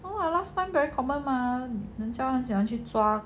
!wah! last time very common mah 人家想去抓